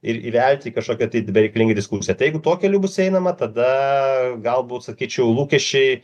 ir įvelti į kažkokią tai bereikalingą diskusiją tai jeigu tuo keliu bus einama tada galbūt sakyčiau lūkesčiai